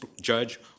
judge